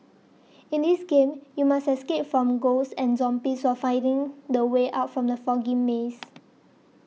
in this game you must escape from ghosts and zombies while finding the way out from the foggy maze